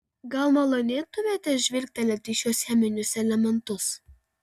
gal malonėtumėte žvilgtelėti į šiuos cheminius elementus